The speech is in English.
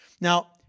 Now